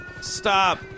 Stop